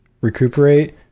recuperate